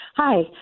Hi